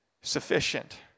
sufficient